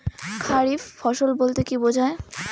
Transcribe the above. খারিফ ফসল বলতে কী বোঝায়?